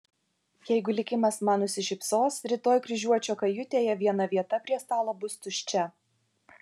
jeigu likimas man nusišypsos rytoj kryžiuočio kajutėje viena vieta prie stalo bus tuščia